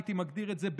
הייתי מגדיר את זה,